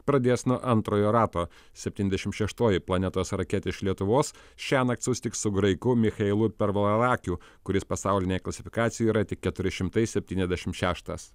pradės nuo antrojo rato septyniasdešimt šeštoji planetos raketė iš lietuvos šiąnakt susitiks su graiku michailu pervolarakiu kuris pasaulinėje klasifikacijoje yra tik keturi šimtai septyniasdešimt šeštas